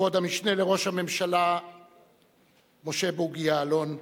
כבוד המשנה לראש הממשלה משה בוגי יעלון,